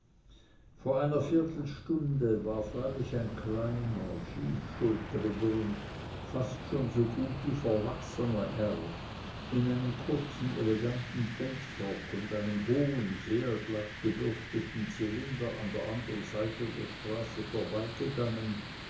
vor einer viertelstunde war freilich ein kleiner schiefschultriger und fast schon so gut wie verwachsener herr in einem kurzen eleganten pelzrock und einem hohen sehr glatt gebürsteten zylinder an der anderen seite der straße vorbeigegangen